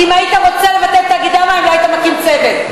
אם היית רוצה לבטל את תאגידי המים לא היית מקים צוות.